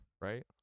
Right